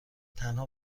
تنها